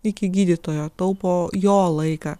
iki gydytojo taupo jo laiką